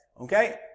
okay